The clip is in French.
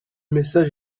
message